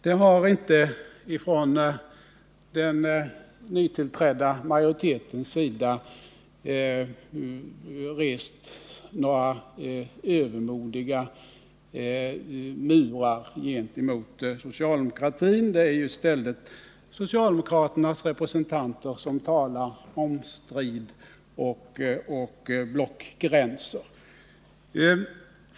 Det har från den nytillträdda majoritetens sida inte rests några övermodiga murar gentemot socialdemokratin. Det är ju i stället socialdemokraternas representanter som talar om strid och blockgränser.